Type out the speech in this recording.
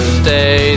stay